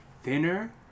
Thinner